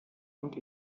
und